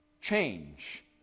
change